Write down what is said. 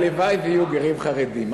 הלוואי שיהיו גרים חרדים.